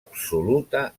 absoluta